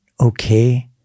okay